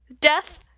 death